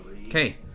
Okay